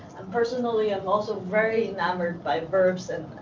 personally, i'm also very enamored by verbs and